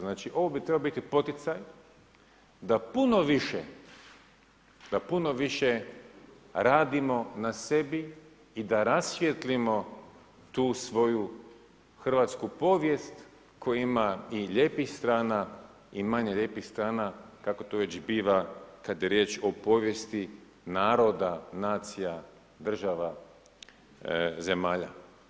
Znači ovo bi trebao biti poticaj da puno više radimo na sebi i da rasvijetlimo tu svoju hrvatsku povijest koja ima i lijepih strana i manje lijepih strana kako to već biva kad je riječ o povijesti naroda, nacija, država, zemalja.